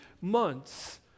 months